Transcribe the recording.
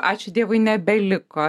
ačiū dievui nebeliko